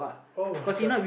oh-my-god